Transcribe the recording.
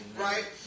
right